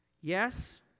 Yes